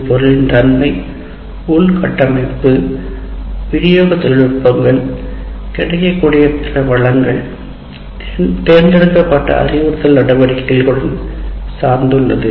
இது பொருளின் தன்மை உள்கட்டமைப்பு விநியோக தொழில்நுட்பங்கள் கிடைக்கக்கூடிய பிற வளங்கள் தேர்ந்தெடுக்கப்பட்ட அறிவுறுத்தல் நடவடிக்கைகளுடன் சார்ந்துள்ளது